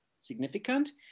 significant